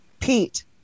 pete